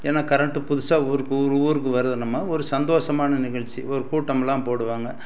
ஏன்னால் கரண்டு புதுசாக ஊருக்கு ஊர் ஊருக்கு வருது நம்ம ஒரு சந்தோஷமான நிகழ்ச்சி ஒரு கூட்டமெலாம் போடுவாங்க